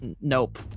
Nope